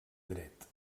dret